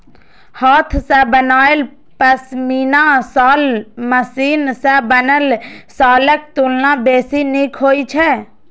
हाथ सं बनायल पश्मीना शॉल मशीन सं बनल शॉलक तुलना बेसी नीक होइ छै